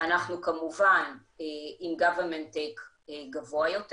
אנחנו כמובן עם government take גבוה יותר,